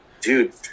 dude